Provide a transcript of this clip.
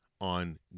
on